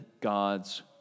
God's